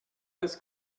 this